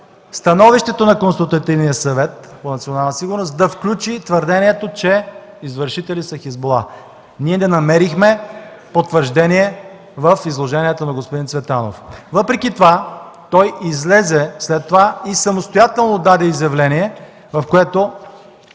становището на Консултативния съвет по национална сигурност да включи твърдението, че извършители са „Хизбула”. Ние не намерихме потвърждение в изложението на господин Цветанов. Въпреки това той излезе и след това самостоятелно даде изявление пред